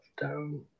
down